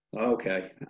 okay